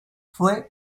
fue